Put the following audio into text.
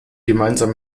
gemeinsam